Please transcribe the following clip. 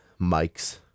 mics